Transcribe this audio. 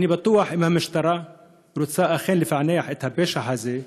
אני בטוח שאם המשטרה רוצה לפענח את הפשע הזה,